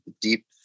deep